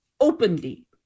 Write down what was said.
openly